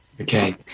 Okay